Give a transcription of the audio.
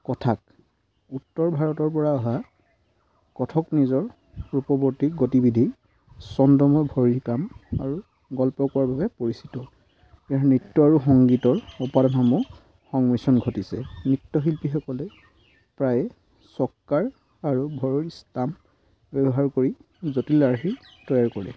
কথক উত্তৰ ভাৰতৰপৰা অহা কথক নিজৰ ৰূপৱৰ্তীক গতিবিধি চন্দ্ৰমই ভৰিৰ কাম আৰু গল্প কোৱাৰ বাবে পৰিচিত ইয়াৰ নৃত্য আৰু সংগীতৰ উপাদানসমূহ সংমিশ্ৰণ ঘটিছে নৃত্যশিল্পীসকলে প্ৰায় আৰু ভৰিৰ ষ্টাম্প ব্যৱহাৰ কৰি জটিল আৰ্হি তৈয়াৰ কৰে